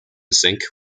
zinc